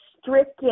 stricken